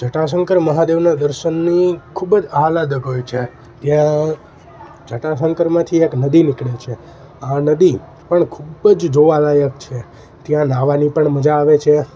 જટાશંકર મહાદેવના દર્શનની ખૂબ જ આહલાદક હોય છે ત્યાં જટાશંકરમાંથી એક નદી નીકળે છે આ નદી પણ ખૂબ જ જોવાલાયક છે ત્યાં નાવાની પણ મજા આવે છે